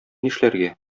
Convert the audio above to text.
нишләргә